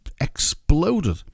exploded